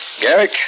Garrick